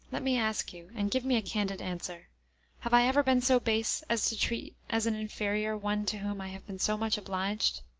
let me ask you, and give me a candid answer have i ever been so base as to treat as an inferior one to whom i have been so much obliged?